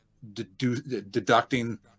deducting